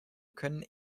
können